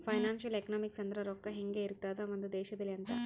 financial economics ಅಂದ್ರ ರೊಕ್ಕ ಹೆಂಗ ಇರ್ತದ ಒಂದ್ ದೇಶದಲ್ಲಿ ಅಂತ